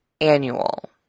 annual